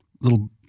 little